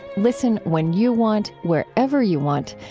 listen when you want, wherever you want.